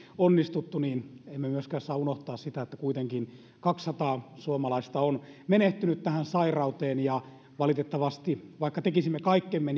onnistuttu niin emme myöskään saa unohtaa sitä että kuitenkin kaksisataa suomalaista on menehtynyt tähän sairauteen ja valitettavasti vaikka tekisimme kaikkemme